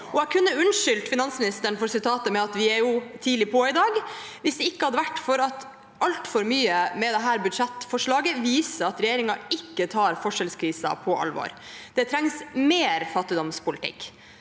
Jeg kunne unnskyldt finansministeren for sitatet med at vi jo er tidlig på i dag, hvis det ikke hadde vært for at altfor mye ved dette budsjettforslaget viser at regjeringen ikke tar forskjellskrisen på alvor. Det trengs mer fattigdomspolitikk.